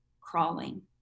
crawling